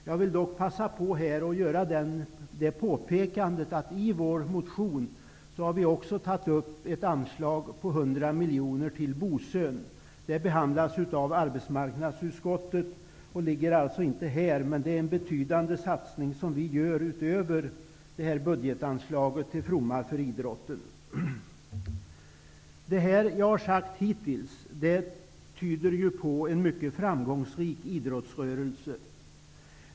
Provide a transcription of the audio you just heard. Jag vill dock passa på att påpeka att i vår motion har vi tagit upp ett anslag på 100 miljoner kronor till Bosön. Förslaget behandlas i arbetsmarknadsutskottet och finns alltså inte med här. Men vi föreslår en betydande satsning utöver budgetanslaget till fromma för idrotten. Det jag har sagt hittills tyder på att idrottsrörelsen är framgångsrik.